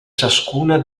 ciascuna